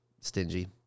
stingy